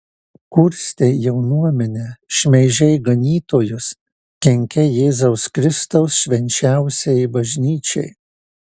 kurstei jaunuomenę šmeižei ganytojus kenkei jėzaus kristaus švenčiausiajai bažnyčiai